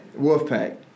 Wolfpack